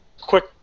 quick